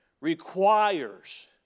requires